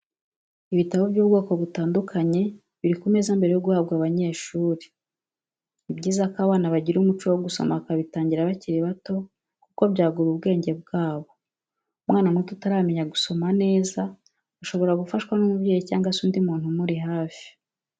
Ibitabo by'ubwoko butandukanye biri ku meza mbere yo guhabwa abanyeshuri, ni byiza ko abana bagira umuco wo gusoma bakabitangira bakiri bato kuko byagura ubwenge bwabo, umwana muto utaramenya gusoma neza, ashobora gufashwa n'umubyeyi cyangwa se undi muntu umuri hafi.